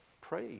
pray